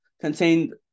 contained